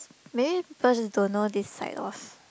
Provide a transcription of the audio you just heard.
maybe people just don't know this side of